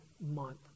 month